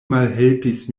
malhelpis